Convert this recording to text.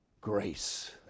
grace